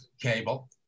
cable